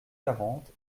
quarante